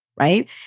right